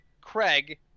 craig